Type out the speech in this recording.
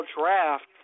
draft